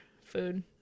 food